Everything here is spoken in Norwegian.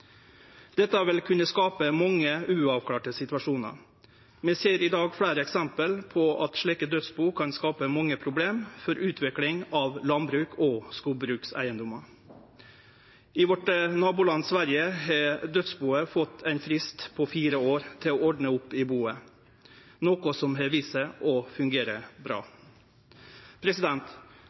Dette vil kunne skape mange uavklarte situasjonar. Vi ser i dag fleire eksempel på at slike dødsbu kan skape mange problem for utvikling av landbruks- og skogbrukseigedomar. I nabolandet vårt Sverige har dødsbu fått ein frist på fire år til å ordne opp i buet, noko som har vist seg å fungere bra.